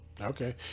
Okay